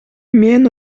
мен